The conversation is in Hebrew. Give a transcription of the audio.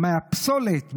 מהפסולת,